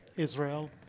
Israel